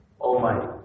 Almighty